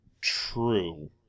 True